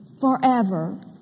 forever